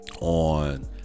on